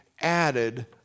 added